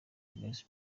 mujyi